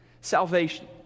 Salvation